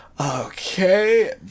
okay